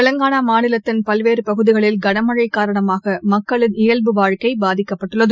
தெலங்கானாமாநிலத்தின் பல்வேறு பகுதிகளில் கனமளழ காரணமாக மக்களின் இயல்பு வாழ்க்கை பாதிக்கப்பட்டுள்ளது